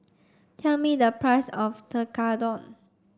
tell me the price of Tekkadon